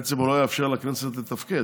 בעצם לא יאפשר לכנסת לתפקד.